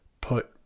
put